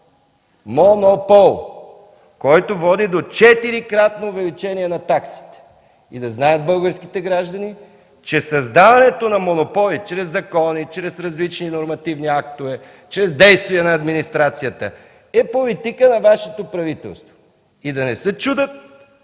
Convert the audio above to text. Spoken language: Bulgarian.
Мо-но-пол, който води до четирикратно увеличение на таксите! Да знаят българските граждани, че създаването на монополи чрез закони, чрез различни нормативни актове, чрез действия на администрацията е политика на Вашето правителство – да не се чудят